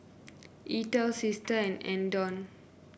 Eathel Sister and Andon